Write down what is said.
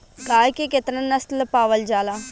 गाय के केतना नस्ल पावल जाला?